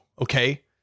Okay